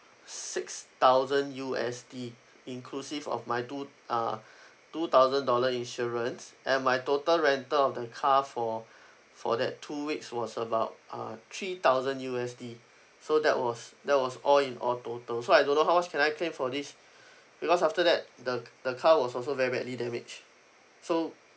six thousand U_S_D inclusive of my two uh two thousand dollar insurance and my total rental of the car for for that two weeks was about uh three thousand U_S_D so that was that was all in all total so I don't know how much can I claim for this because after that the c~ the car was also very badly damaged so